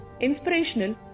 inspirational